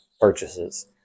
purchases